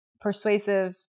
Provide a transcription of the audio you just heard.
persuasive